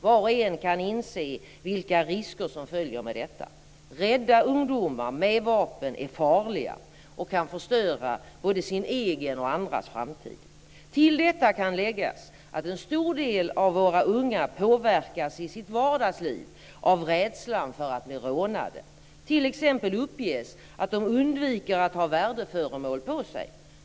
Var och en kan inse vilka risker som följer med detta. Rädda ungdomar med vapen är farliga och kan förstöra både sin egen och andras framtid. Till detta kan läggas att en stor del av våra unga påverkas i sitt vardagsliv av rädslan för att bli rånade. T.ex. uppges att de undviker att ha värdeföremål på sig.